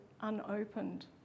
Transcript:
unopened